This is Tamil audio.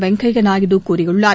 வெங்கைய நாயுடு கூறியுள்ளார்